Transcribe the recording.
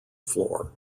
floor